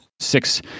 Six